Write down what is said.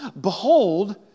Behold